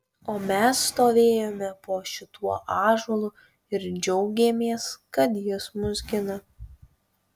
o mes stovėjome po šituo ąžuolu ir džiaugėmės kad jis mus gina